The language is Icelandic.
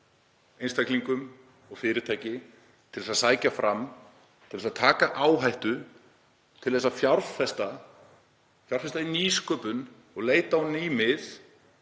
einstaklingum og fyrirtækjum til að sækja fram, til að taka áhættu, til að fjárfesta, fjárfesta í nýsköpun og leita á ný mið.